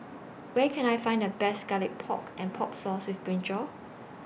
Where Can I Find The Best Garlic Pork and Pork Floss with Brinjal